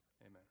Amen